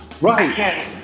Right